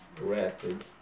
ratted